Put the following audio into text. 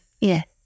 yes